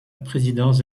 présidence